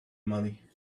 money